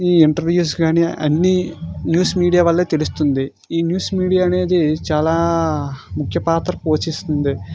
ఈ ఇంటర్వ్యూస్ కానీ అన్ని న్యూస్ మీడియా వల్లే తెలుస్తుంది ఈ న్యూస్ మీడియా అనేది చాలా ముఖ్య పాత్ర పోషిస్తుంది